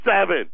seven